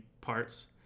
parts